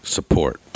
Support